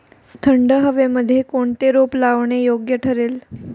थंड हवेमध्ये कोणते रोप लावणे योग्य ठरेल?